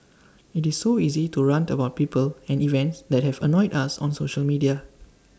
IT is so easy to rant about people and events that have annoyed us on social media